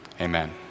Amen